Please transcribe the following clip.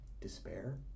despair